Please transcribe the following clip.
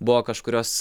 buvo kažkurios